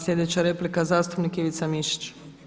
Sljedeća replika, zastupnik Ivica Mišić.